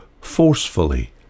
forcefully